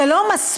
זה לא מספיק?